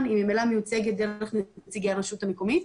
היא ממילא מיוצגת דרך נציגי הרשות המקומית,